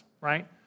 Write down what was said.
right